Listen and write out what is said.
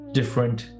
different